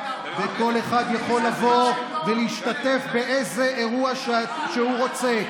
וכל אחד יכול לבוא ולהשתתף באיזה אירוע שהוא רוצה.